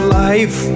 life